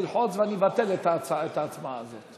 לא פה, אתה יכול ללחוץ ואני אבטל את ההצבעה הזאת.